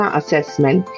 assessment